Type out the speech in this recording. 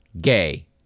Gay